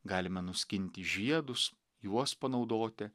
galime nuskinti žiedus juos panaudoti